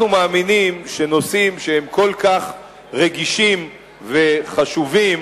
אנחנו מאמינים שנושאים שהם כל כך רגישים וחשובים,